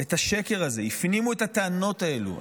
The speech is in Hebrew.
את השקר הזה, הפנימו את הטענות האלו.